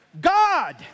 God